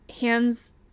hands